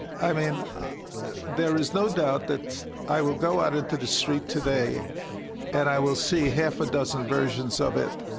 i mean there is no doubt that i will go out into the street today and i will see half a dozen versions of it.